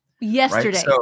Yesterday